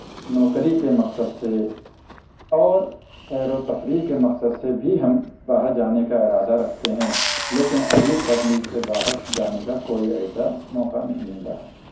نوکری کے مقصد سے اور سیر و تفریح کے مقصد سے بھی ہم باہر جانے کا اِرادہ رکھتے ہیں لیکن ابھی تک مُلک سے باہر جانے کا کوئی ایسا موقع نہیں ملا ہے